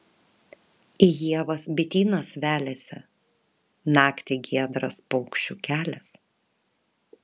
į ievas bitynas veliasi naktį giedras paukščių kelias